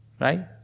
Right